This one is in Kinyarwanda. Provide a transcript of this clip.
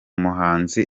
muhanzi